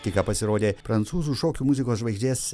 tik ką pasirodė prancūzų šokių muzikos žvaigždės